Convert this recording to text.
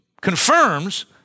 confirms